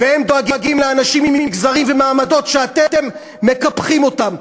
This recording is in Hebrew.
והם דואגים לאנשים ממגזרים ומעמדות שאתם מקפחים אותם,